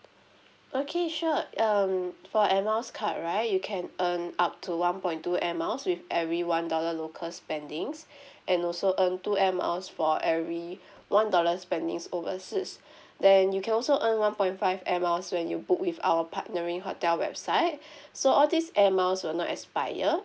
okay sure um for airmiles card right you can earn up to one point two airmiles with every one dollar local spendings and also earn two airmiles for every one dollar spendings overseas then you can also earn one point five airmiles when you book with our partnering hotel website so all these airmiles will not expire